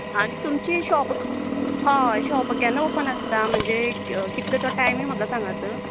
आनी तुमची शॉप हय शॉप केन्ना ओपन आस्ता म्हणजे कितलो तो टायमींग म्हाका सागातं